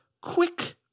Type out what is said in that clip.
quick